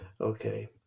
Okay